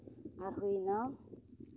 ᱟᱨ ᱦᱩᱭᱱᱟ